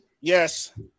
Yes